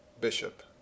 bishop